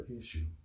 issue